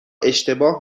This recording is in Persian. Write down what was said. اشتباه